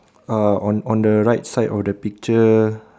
uh on on the right side of the picture